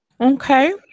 Okay